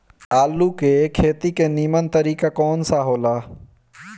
आलू के खेती के नीमन तरीका कवन सा हो ला?